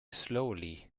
slowly